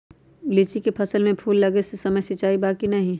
लीची के फसल में फूल लगे के समय सिंचाई बा कि नही?